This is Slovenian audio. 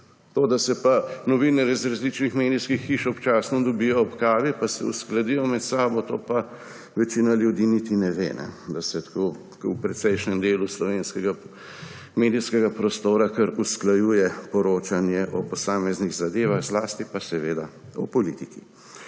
Tega, da se novinarji iz različnih medijskih hiš občasno dobijo ob kavi in se uskladijo med sabo, pa večina ljudi niti ne ve – da se v precejšnjem delu slovenskega medijskega prostora kar usklajuje poročanje o posameznih zadevah, zlasti pa seveda o politiki.